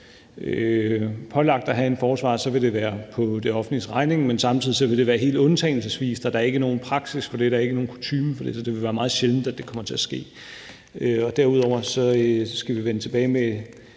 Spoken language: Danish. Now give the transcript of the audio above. pålagt at have en forsvarer, vil det være på det offentliges regning, men samtidig vil det være helt undtagelsesvist, da der ikke er nogen praksis for det. Der er ikke nogen kutyme for det, så det vil være meget sjældent, at det kommer til at ske. Derudover skal vi vende tilbage med